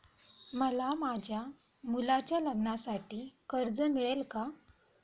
मला माझ्या मुलाच्या लग्नासाठी कर्ज मिळेल का?